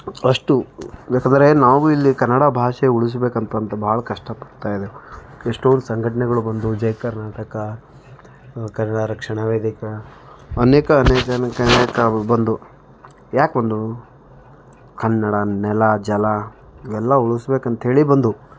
first ಏಕಂದರೆ ನಾವು ಇಲ್ಲಿ ಕನ್ನಡ ಭಾಷೆ ಉಳಿಸಬೇಕಂತ ಅಂತ ಬಹಳ ಕಷ್ಟಪಡ್ತಾ ಇದೆ ಎಷ್ಟೊಂದು ಸಂಘಟನೆಗಳು ಬಂದವು ಜಯ್ ಕರ್ನಾಟಕ ಕನ್ನಡ ರಕ್ಷಣಾ ವೇದಿಕೆ ಅನೇಕ ಅನೇಕ ಅನೇಕ ಅನೇಕ ಬಂದವು ಏಕೆ ಬಂದವು ಕನ್ನಡ ನೆಲ ಜಲ ಎಲ್ಲ ಉಳಿಸಬೇಕಂತ ಹೇಳಿ ಬಂದವು